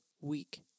week